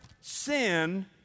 sin